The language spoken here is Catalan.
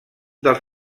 dels